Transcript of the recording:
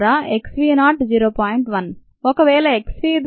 ఒకవేళ x v ద్వారా x v not 0